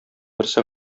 берсе